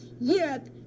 Europe